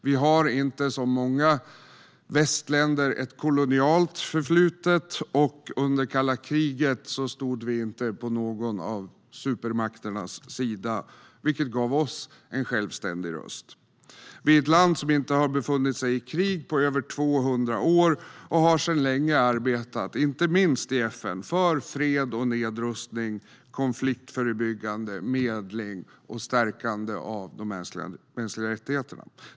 Vi har inte, som många västländer, ett kolonialt förflutet, och under kalla kriget stod vi inte på någon av supermakternas sida, vilket gav oss en självständig röst. Vi är ett land som inte har befunnit sig i krig på över 200 år. Vi har sedan länge arbetat, inte minst i FN, för fred och nedrustning, för konfliktförebyggande och medling samt för stärkande av de mänskliga rättigheterna.